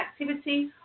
activity